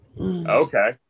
Okay